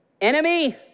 enemy